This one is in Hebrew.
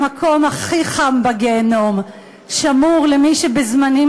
המקום הכי חם בגיהינום שמור למי שבזמנים